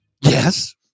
Yes